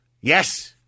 yes